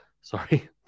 Sorry